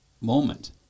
moment